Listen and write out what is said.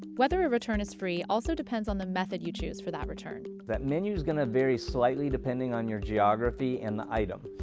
whether a return is free also depends on the method you choose for that return. that menu is going to vary slightly depending on your geography and the item.